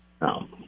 No